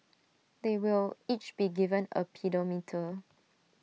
they will each be given A pedometer